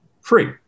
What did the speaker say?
free